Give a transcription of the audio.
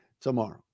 tomorrow